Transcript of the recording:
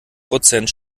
prozent